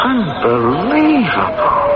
Unbelievable